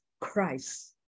Christ